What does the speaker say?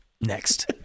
Next